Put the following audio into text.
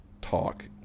talk